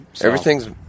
everything's